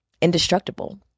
indestructible